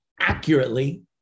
accurately